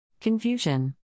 Confusion